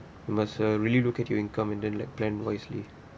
must uh really look at your income and then like plan wisely